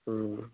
অঁ